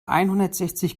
einhundertsechzig